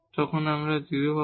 তখন আমরা 0 পাব